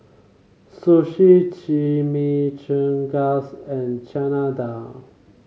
Sushi Chimichangas and Chana Dal